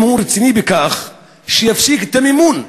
אם הוא רציני בכך, שיפסיק את המימון,